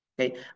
okay